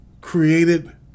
created